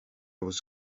was